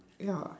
ya